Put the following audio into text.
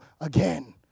again